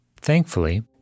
Thankfully